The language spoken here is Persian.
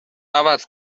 عوض